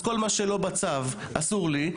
אז כל מה שלא בצו אסור לי,